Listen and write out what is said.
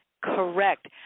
Correct